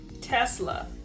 Tesla